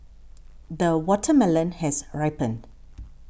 the watermelon has ripened